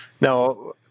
Now